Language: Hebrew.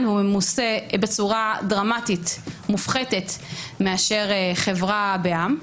והוא ממוסה בצורה מופחתת דרמטית מאשר חברה בע"מ,